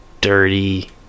dirty